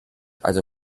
also